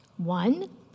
One